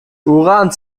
uran